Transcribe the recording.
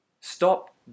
Stop